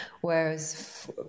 whereas